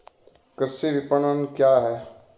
कृषि विपणन क्या है?